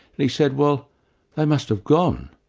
and he said, well they must have gone.